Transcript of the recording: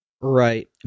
right